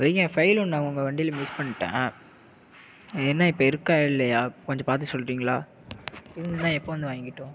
file ஒன்று நான் உங்கள் வண்டியில மிஸ் பண்ணிட்டேன் என்ன இப்போ இருக்கா இல்லையா கொஞ்சம் பார்த்து சொல்லுறீங்களா இருந்தால் எப்போ வந்து வாங்கிக்கட்டும்